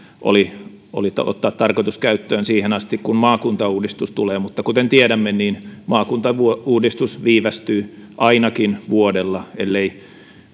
oli tarkoitus ottaa käyttöön siihen asti kun maakuntauudistus tulee mutta kuten tiedämme maakuntauudistus viivästyy ainakin vuodella ellei